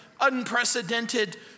unprecedented